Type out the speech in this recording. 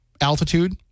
altitude